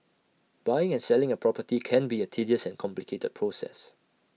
buying and selling A property can be A tedious and complicated process